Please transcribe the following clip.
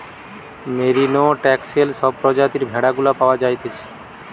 merino, Texel সব প্রজাতির ভেড়া গুলা পাওয়া যাইতেছে